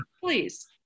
Please